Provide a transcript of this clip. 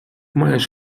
маєш